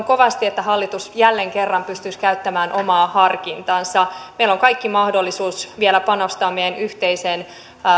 kovasti että hallitus jälleen kerran pystyisi käyttämään omaa harkintaansa meillä on kaikki mahdollisuus vielä panostaa meidän yhteiseen